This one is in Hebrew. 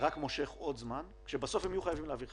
רק מושך עוד זמן כשבסוף הם יהיו חייבים להעביר חקיקה.